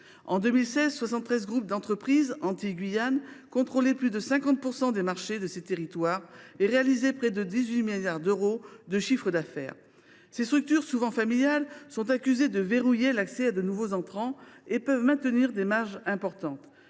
treize groupes d’entreprises contrôlaient plus de 50 % des marchés aux Antilles et en Guyane et réalisaient près de 18 milliards d’euros de chiffre d’affaires. Ces structures, souvent familiales, sont accusées de verrouiller l’accès à de nouveaux entrants et peuvent conserver des marges importantes.